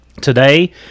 today